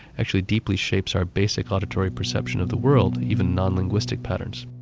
actually deeply shapes our basic auditory perception of the world, even non-linguistic patterns.